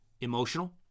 emotional